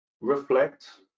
reflect